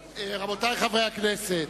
העבודה, ש"ס,